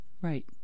Right